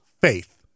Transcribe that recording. faith